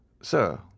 Sir